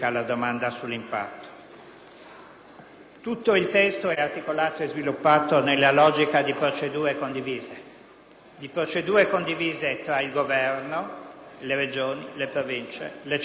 Tutto il testo è articolato e sviluppato nella logica di procedure condivise tra il Governo, le Regioni, le Province, le Città metropolitane e i Comuni,